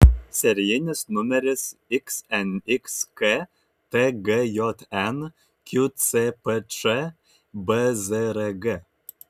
serijinis numeris xnxk tgjn qcpč bzrg